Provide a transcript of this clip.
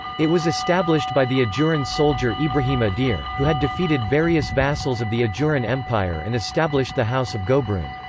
it was established by the ajuran soldier ibrahim adeer, who had defeated various vassals of the ajuran empire and established the house of gobroon.